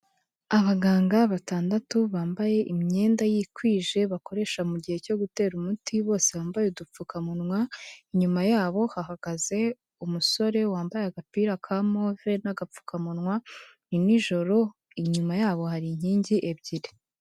Abaganga batandatu bambaye imyenda yikwije bakoresha mu gihe cyo gutera umuti bose bambaye udupfukamunwa, inyuma yabo hahagaze umusore wambaye agapira ka move n'agapfukamunwa, ni nijoro, inyuma yabo hari inkingi ebyiri.